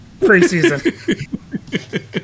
preseason